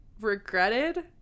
regretted